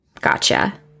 Gotcha